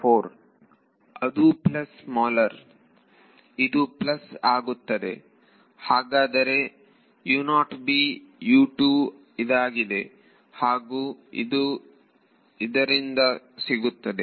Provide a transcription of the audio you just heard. ವಿದ್ಯಾರ್ಥಿ ಅದು plus smaller ಇದು ಪ್ಲಸ್ ಆಗು ಆಗುತ್ತೆ ಹಾಗಾದರೆ ಇದಾಗಿದೆ ಹಾಗೂ ಇದರಿಂದ ಇದು ಸಿಗುತ್ತದೆ